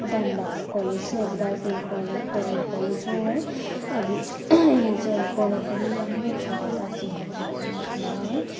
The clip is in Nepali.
दाम भएको कलेज चाहिँ अब दार्जिलिङ कलेज गभर्नमेन्ट कलेजै हो है अनि यहाँ चाहिँ अब पढाइ पनि राम्रो छ दार्जिलिङ गभर्नमेन्ट कलेजमा है